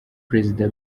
perezida